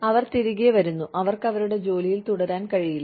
അവർ തിരികെ വരുന്നു അവർക്ക് അവരുടെ ജോലിയിൽ തുടരാൻ കഴിയില്ല